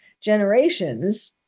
generations